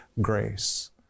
grace